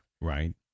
Right